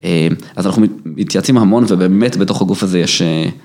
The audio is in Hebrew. אז אנחנו מתייעצים המון ובאמת בתוך הגוף הזה יש.